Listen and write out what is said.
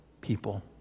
people